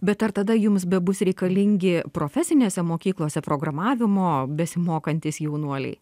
bet ar tada jums bebus reikalingi profesinėse mokyklose programavimo besimokantys jaunuoliai